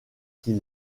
qui